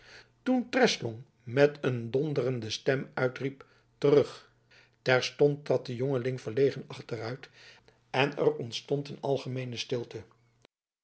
toen treslong met een donderende stem uitriep terug terstond trad de jongeling verlegen achteruit en er ontstond een algemeene stilte